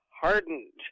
hardened